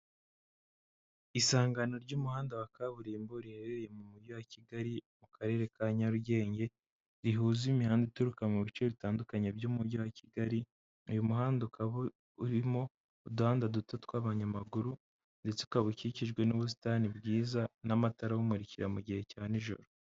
Isangano ry'umuhanda wa kaburimbo riherereye mu mujyi wa Kigali mu karere ka Nyarugenge, rihuza imihanda ituruka mu bice bitandukanye by'umujyi wa Kigali, uyu muhanda ukaba urimo uduhanda duto tw'abanyamaguru ndetse ukaba ukikijwe n'ubusitani bwiza n'amatara awumurikira mu gihe cya nijoro.